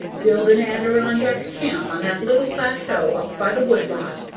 build an adirondack camp on that little plateau up by the wood lot.